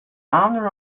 owner